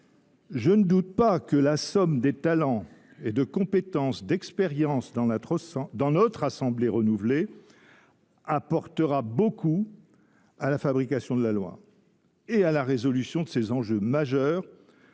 Je ne doute pas que la somme des talents, des compétences et des expériences que compte notre assemblée renouvelée apportera beaucoup à la fabrication de la loi et à la résolution de ces enjeux majeurs,